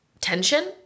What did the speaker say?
tension